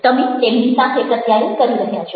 તમે તેમની સાથે પ્રત્યાયન કરી રહ્યા છો